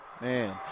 Man